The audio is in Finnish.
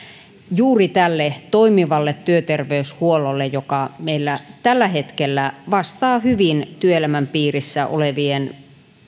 juuri tälle toimivalle työterveyshuollolle joka meillä tällä hetkellä vastaa hyvin työelämän piirissä olevien